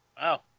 Wow